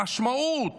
המשמעות